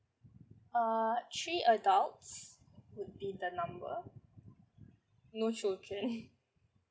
err three adults would be the number no children